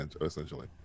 essentially